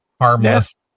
harmless